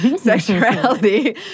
Sexuality